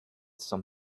some